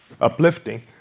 uplifting